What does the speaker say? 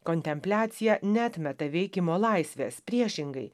kontempliacija neatmeta veikimo laisvės priešingai